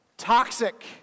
Toxic